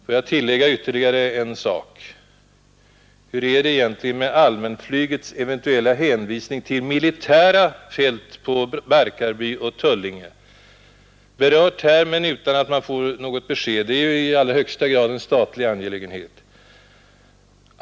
Får jag ytterligare tillägga en sak. Hur är det egentligen med allmänflygets eventuella hänvisning till militära fält som Barkarby och Tullinge? Saken har berörts här men utan att vi fått något besked. Det här är ju i allra högsta grad en statlig angelägenhet.